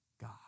God